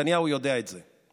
נתניהו יודע את זה.